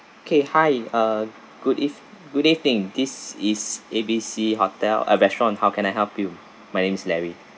okay hi uh good eve~ good evening this is A B C hotel uh restaurant how can I help you my name's larry